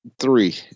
three